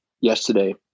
yesterday